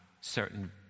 certain